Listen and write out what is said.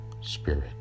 Spirit